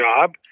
job